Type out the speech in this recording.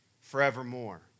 forevermore